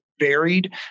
Varied